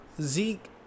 Zeke